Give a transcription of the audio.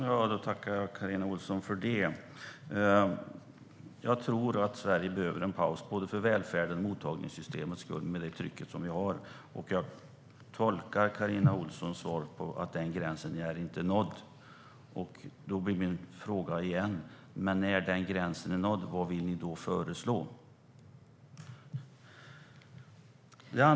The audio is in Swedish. Herr talman! Jag tackar Carina Ohlsson för svaret. Jag tror att Sverige behöver en paus, både för välfärdens och för mottagningssystemets skull. Jag tolkar Carina Ohlssons svar som att den gränsen inte är nådd. Då blir min fråga igen: När den gränsen är nådd, vad vill ni då föreslå?